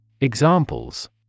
Examples